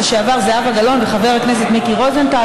לשעבר זהבה גלאון וחבר הכנסת מיקי רוזנטל,